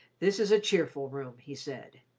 this is a cheerful room, he said.